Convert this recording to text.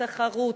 תחרות,